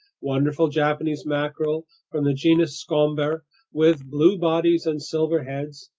wonderful japanese mackerel from the genus scomber with blue bodies and silver heads,